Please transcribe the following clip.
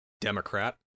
Democrat